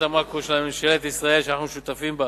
המקרו של ממשלת ישראל שאנחנו שותפים בה,